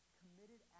committed